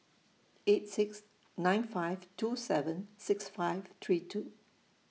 eight six nine five two seven six five three two